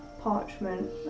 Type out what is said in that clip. parchment